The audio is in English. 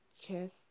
chest